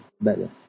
better